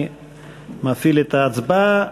אני מפעיל את ההצבעה.